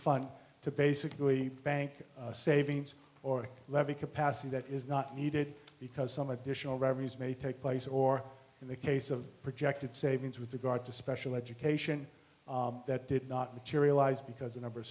basically bank savings or levy capacity that is not needed because some additional revenues may take place or in the case of projected savings with regard to special education that did not materialize because the number of